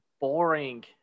boring